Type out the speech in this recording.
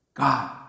God